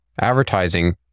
advertising